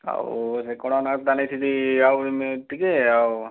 ଆଉ ସେଇଠି ଆଉ ମେ ଟିକିଏ ଆଉ